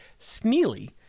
Sneely